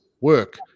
work